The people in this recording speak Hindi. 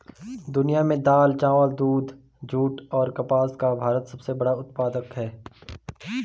दुनिया में दाल, चावल, दूध, जूट और कपास का भारत सबसे बड़ा उत्पादक है